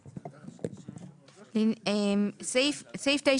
הביטחון וסעיף 9טז(ב);